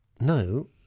no